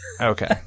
Okay